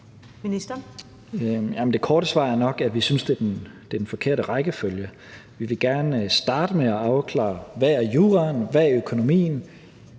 Det korte svar er nok, at vi synes, det er den forkerte rækkefølge. Vi vil gerne starte med at afklare, hvad juraen er, og hvad økonomien